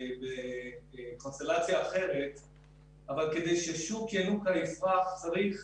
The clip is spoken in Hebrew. כדי ששוק ינוקא יפרח צריך